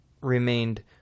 remained